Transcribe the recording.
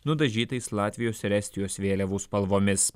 nudažytais latvijos ir estijos vėliavų spalvomis